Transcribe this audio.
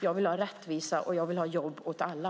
Jag vill ha rättvisa, och jag vill ha jobb åt alla.